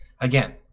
again